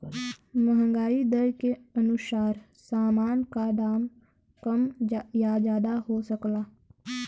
महंगाई दर के अनुसार सामान का दाम कम या ज्यादा हो सकला